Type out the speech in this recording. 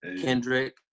Kendrick